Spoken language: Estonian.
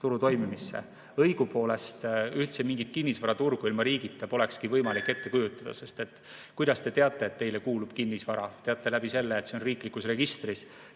turu toimimisse. Õigupoolest üldse mingit kinnisvaraturgu ilma riigita polekski võimalik ette kujutada. Kuidas te teate, et teile kuulub kinnisvara? Teate selle kaudu, et see on riiklikus registris